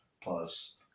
plus